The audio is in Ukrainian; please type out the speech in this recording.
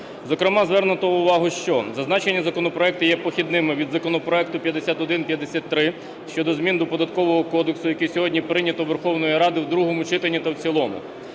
Зокрема звернуто увагу, що зазначені законопроекти є похідними від законопроекту 5153 щодо змін до Податкового кодексу, який сьогодні прийнято Верховною Радою в другому читанні та в цілому.